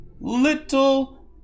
Little